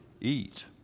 eat